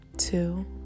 two